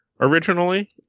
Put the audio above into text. originally